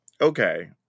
okay